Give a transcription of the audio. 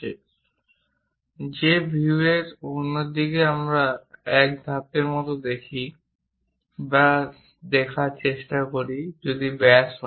সুতরাং যে ভিউয়ের অন্য দিকে আমরা এক ধাপের মত দেখি ব্যাস দেখার চেষ্টা করি যদি ব্যাস হয়